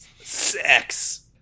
Sex